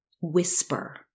Whisper